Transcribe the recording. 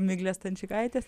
miglės stančikaitės